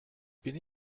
bin